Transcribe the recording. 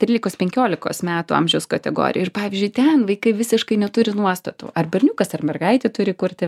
trylikos penkiolikos metų amžiaus kategorijoj ir pavyzdžiui ten vaikai visiškai neturi nuostatų ar berniukas ar mergaitė turi kurti